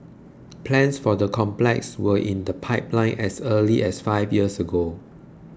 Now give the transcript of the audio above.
plans for the complex were in the pipeline as early as five years ago